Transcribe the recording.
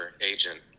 agent